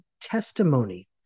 testimony